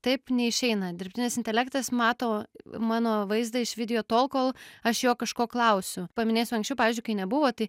taip neišeina dirbtinis intelektas mato mano vaizdą iš video tol kol aš jo kažko klausiu paminėsiu anksčiau pavyzdžiui kai nebuvo tai